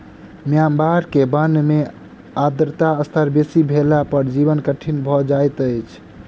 Myanmar के वन में आर्द्रता स्तर बेसी भेला पर जीवन कठिन भअ जाइत अछि